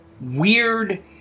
weird